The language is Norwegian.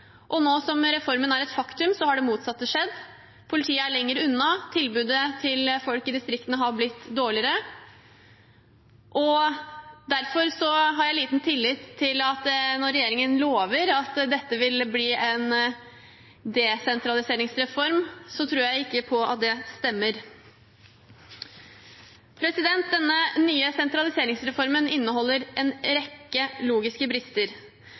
Nå som reformen er et faktum, har det motsatte skjedd. Politiet er lenger unna, tilbudet til folk i distriktene har blitt dårligere. Derfor har jeg liten tillit til at det stemmer når regjeringen lover at dette vil bli en desentraliseringsreform. Denne nye sentraliseringsreformen inneholder en rekke logiske brister. På den ene siden hevder regjeringen at